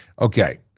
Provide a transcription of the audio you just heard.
Okay